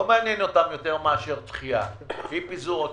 לא מעניין אותם יותר מאשר דחייה עם פיזור הכנסת.